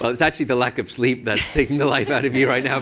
but it's actually the lack of sleep that's taking the life out of you right now.